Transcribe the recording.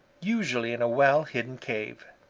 usually in a well-hidden cave.